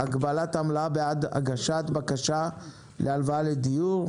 (הגבלת עמלה בעד הגשת בקשה להלוואה לדיור),